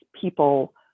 people